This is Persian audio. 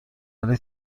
ولی